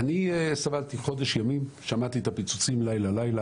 אני סבלתי חודש ימים, שמעתי את הפיצוצים בכל לילה.